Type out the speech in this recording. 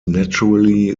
naturally